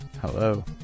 Hello